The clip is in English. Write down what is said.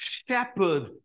shepherd